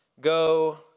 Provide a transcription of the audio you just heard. go